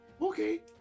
Okay